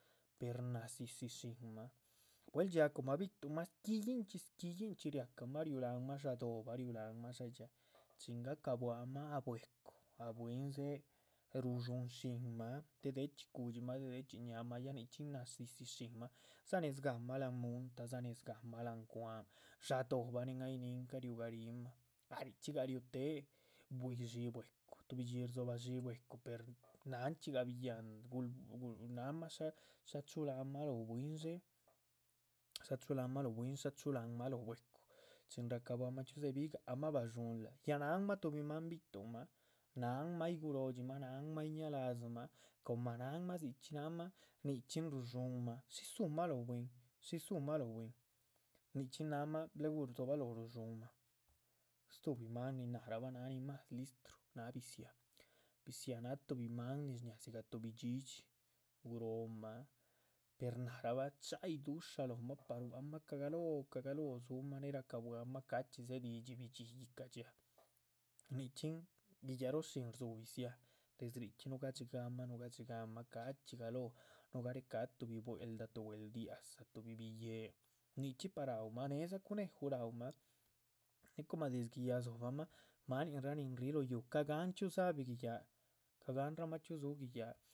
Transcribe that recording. Per nadzídzishinmah bwel dxíaa comah bi´tuhnma shquíyinchxi, shquíyinchxi ria´cahma riu´lanmah sha´do´bah, riu´lanmah sha´ dxhía chin ga´cabuahma. ah bwecu ah bwín dze´ rudxuúhn shínmah dé de´chxí cu´dximah, dé de´chxí ñáama, nichxín nadzídzishinmah dza néz gahma láhan muntah dza néz gahma láhan. cwan, sha´ do´bah nin ay nín ca´ riu ga´rimah, ya richxí riuté bwíi dxíi bwecu tuhbidxí rdzobah dxíi bwecu per nanchxí gah náhanma shá chuláhanma lóh. bwín dxé, shá chuláhanma lóh bwín, shá chuláhanma lóh bwecu, chin rahcabuamah chxíu dzebígah ahma badxúnlah, ya náhnma tuhbi maan bi´tuhnmah, náhnma ay guróo. dxímah, náhnma ay ña´ladzi dxímah, comah náhnma dzichxí nahma nichxín rudxúnmah shí dzumah lóh bwín, shí dzumah lóh bwín, nichxín náhnma luegu dzo´baloh. rudxúhnma. Stuhbi maan nin náhraba náha nin mas listru náh bi´dziah, bi´dziah náh tuhbi maan dzigah tuhbi dhxídhxi guróomah, per nárahba cha´yi du´sha. lóhma par gua´c mah caagalóho caagalóho dzu´mah ra´cabuahma ca´dxi dzée didxi bi´dxih, yíhca dxhía, nichxín guiyáhc róo shín rdzú bi´dziah, des richxí. nugahdxigahma, nugahdxigahma nugareca´ tuhbi bwel´da, tuh bwel´ diaza, tuhbi bihye´ nichxí pah ra´umah nédza, cuneju, raú mah, née coma des guiyáhc. dzobahmah maninraa nin ríi lóh yuuh ca gáhan chxí dza´bih guiyáhc, ca gáhan rahma chxíu dzú guiyáh